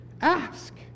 ask